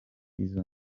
izo